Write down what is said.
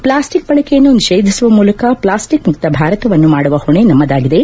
plastic ಬಳಕೆಯನ್ನು ನಿಷೇಧಿಸುವ ಮೂಲಕ ಪ್ಲಾಸ್ಟಿಕ್ ಮುಕ್ತ ಭಾರತವನ್ನು ಮಾಡುವ ಹೊಣೆ ನಮ್ಮದಾಗಿದೆ